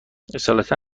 اصالتا